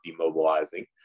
demobilizing